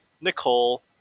Nicole